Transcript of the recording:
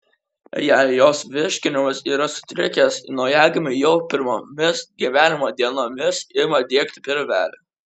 jei jos virškinimas yra sutrikęs naujagimiui jau pirmomis gyvenimo dienomis ima diegti pilvelį